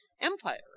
Empire